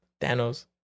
Thanos